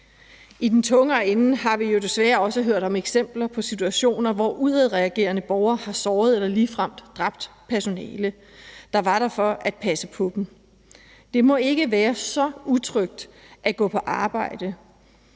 I den tungere ende har vi jo desværre også hørt om eksempler på situationer, hvor udadreagerende borgere har såret eller ligefrem dræbt personale, der var der for at passe på dem. Det må ikke være så utrygt at gå på arbejde,